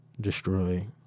Destroy